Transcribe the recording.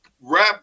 wrap